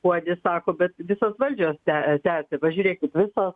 kuodis sako bet visos valdžios te tepė pažiūrėkit visos